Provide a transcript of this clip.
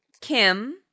Kim